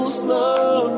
slow